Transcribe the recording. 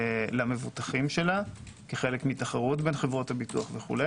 למבוטחים שלה כחלק מתחרות בין חברות הביטוח וכו',